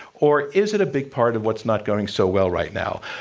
or is it a big part of what's not going so well right now?